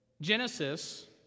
Genesis